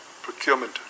procurement